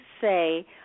say